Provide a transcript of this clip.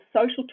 social